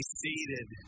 seated